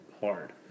hard